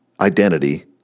identity